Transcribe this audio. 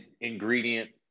ingredient